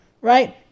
right